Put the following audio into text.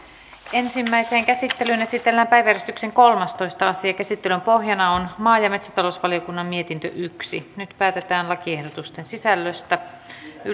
ensimmäiseen käsittelyyn esitellään päiväjärjestyksen kolmastoista asia käsittelyn pohjana on maa ja metsätalousvaliokunnan mietintö yksi nyt päätetään lakiehdotusten sisällöstä